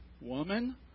Woman